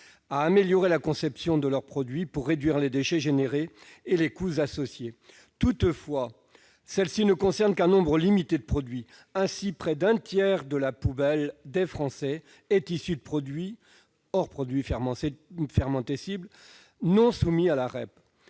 à améliorer la conception de leurs produits pour réduire les déchets et les coûts associés. Toutefois, la REP ne concerne qu'un nombre limité de produits. Ainsi, près d'un tiers de la poubelle des Français, hors produits fermentescibles, est issue de